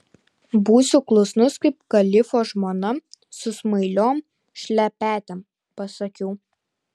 būsiu klusnus kaip kalifo žmona su smailiom šlepetėm pasakiau